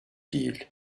değil